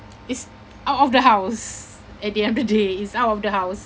it's out of the house at the end of the day it's out of the house